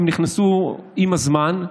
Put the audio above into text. הן נכנסו עם הזמן.